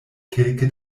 kelke